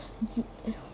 我知 !aiyo!